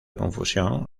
confusión